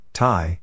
Thai